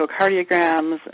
echocardiograms